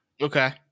Okay